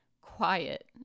quiet